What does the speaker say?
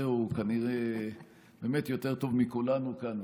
בזה הוא כנראה באמת יותר טוב מכולנו כאן,